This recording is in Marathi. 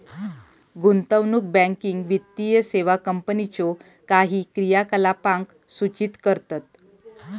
गुंतवणूक बँकिंग वित्तीय सेवा कंपनीच्यो काही क्रियाकलापांक सूचित करतत